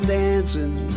dancing